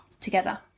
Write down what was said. together